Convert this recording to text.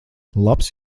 labs